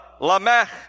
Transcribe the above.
Lamech